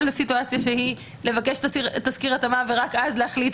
סיטואציה שהיא לבקש תסקיר התאמה ורק אז להחליט,